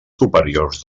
superiors